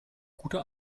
guter